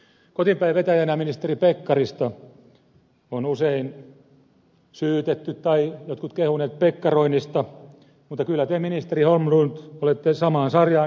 kotiinpäin vetäjänä ministeri pekkarista on usein syytetty tai jotkut kehuneet pekkaroinnista mutta kyllä te ministeri holmlund olette samaan sarjaan nyt nousemassa